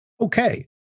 Okay